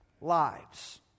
lives